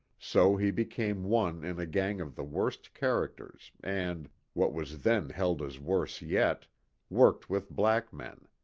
so he became one in a gang of the worst characters and what was then held as worse yet worked with black men.